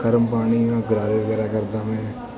ਗਰਮ ਪਾਣੀ ਨਾਲ ਗਰਾਰੇ ਵਗੈਰਾ ਕਰਦਾ ਹਾਂ